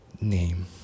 name